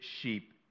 sheep